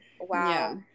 wow